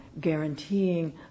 guaranteeing